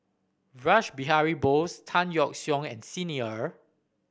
Rash Behari Bose Tan Yeok Seong and Xi Ni Er